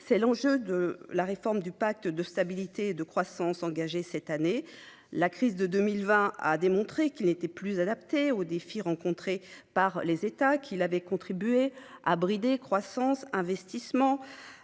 C’est l’enjeu de la réforme du pacte de stabilité et de croissance engagée cette année. La crise de 2020 a démontré que ce cadre n’était plus adapté aux défis rencontrés par les États membres et qu’il avait contribué à brider la croissance et l’investissement,